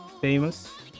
famous